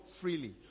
freely